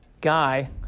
guy